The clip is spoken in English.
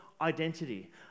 identity